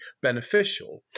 beneficial